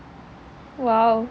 !wow!